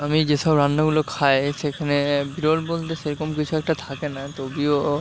আমি যে সব রান্নাগুলো খায় সেখানে বিরল বলতে সেরকম কিছু একটা থাকে না যদিও